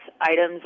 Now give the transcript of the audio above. items